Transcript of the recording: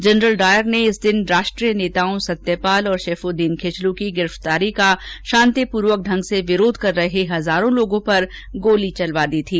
general Dyer ने इस दिन राष्ट्रीय नेताओं सत्यपाल और शेफ़्दिन खिचलू की गिरफ्तारी का शांतिपूर्वक ढंग से विरोध कर रहे हजारों लोगों पर गोली चलवा दी थी